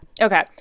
okay